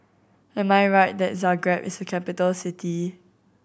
am I right that Zagreb is a capital city